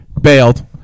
bailed